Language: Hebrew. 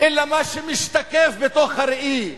אלא מה שמשתקף בתוך הראי,